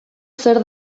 zer